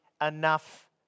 enough